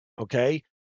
Okay